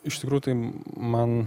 iš tikrųjų taip man